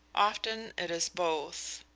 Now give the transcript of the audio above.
often it is both.